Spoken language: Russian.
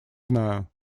знаю